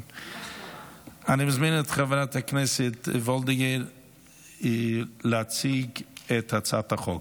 אני מזמין את חברת הכנסת וולדיגר להציג את הצעת החוק,